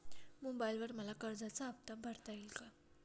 मोबाइलवर मला कर्जाचा हफ्ता भरता येईल का?